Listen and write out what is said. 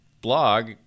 blog